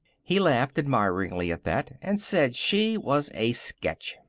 he laughed admiringly at that and said she was a sketch.